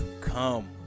come